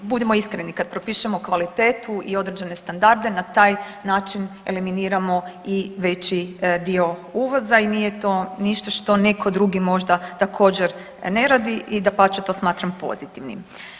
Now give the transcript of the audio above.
Budimo iskreni kad propišemo kvalitetu i određene standarde na taj način eliminiramo i veći dio uvoza i nije to ništa što neko drugi možda također ne radi i dapače to smatram pozitivnim.